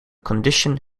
condition